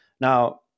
Now